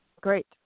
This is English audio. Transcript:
Great